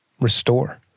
restore